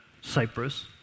Cyprus